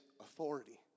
authority